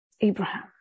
Abraham